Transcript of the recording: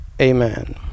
Amen